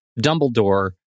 Dumbledore